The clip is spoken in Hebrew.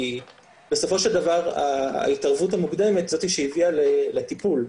כי בסופו של דבר ההתערבות המוקדמת היא זאת שהביאה לטיפול.